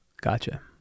gotcha